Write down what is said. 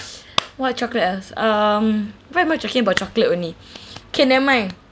what chocolate ah um why am I talking about chocolate only okay never mind